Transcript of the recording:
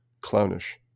clownish